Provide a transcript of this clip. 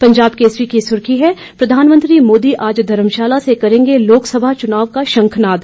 पंजाब केसरी की सुर्खी है प्रधानमंत्री मोदी आज धर्मशाला से करेंगे लोकसभा चुनावों का शंखनाद